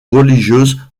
religieuse